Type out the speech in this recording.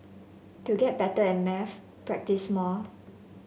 to get better at maths practise more